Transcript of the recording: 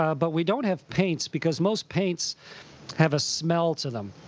ah but we don't have paints because most paints have a smell to them.